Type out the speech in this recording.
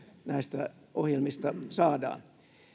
näistä ohjelmista saadaan